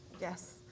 Yes